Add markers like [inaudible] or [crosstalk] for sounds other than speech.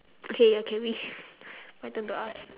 okay okay we [laughs] my turn to ask